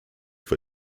for